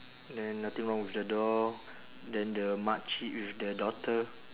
then nothing wrong with the door then the makcik with the daughter